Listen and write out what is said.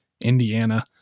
Indiana